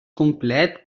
complet